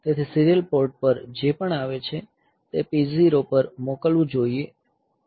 તેથી serial port પર જે પણ આવે છે તે P0 પર મોકલવું જોઈએ